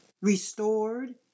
restored